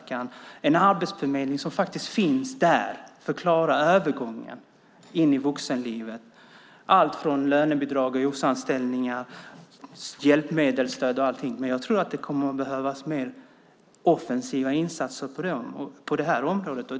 Vi kommer också att behöva en arbetsförmedling som finns där för att klara övergången in i vuxenlivet med allt från lönebidrag till hjälpmedelsstöd. Jag tror att det kommer att behövas mer offensiva insatser på det här området.